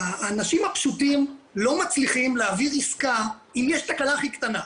האנשים הפשוטים לא מצליחים להעביר עסקה אם יש תקלה הכי קטנה.